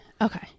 Okay